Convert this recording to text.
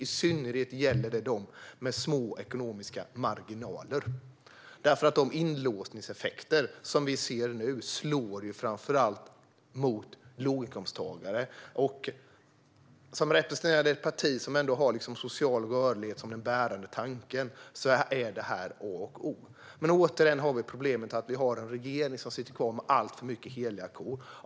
I synnerhet gäller det dem med små ekonomiska marginaler, därför att de inlåsningseffekter som vi ser nu slår ju framför allt mot låginkomsttagare. För ett parti som ändå har social rörlighet som den bärande tanken är detta A och O. Men återigen är problemet att vi har en regering som sitter kvar med alltför många heliga kor.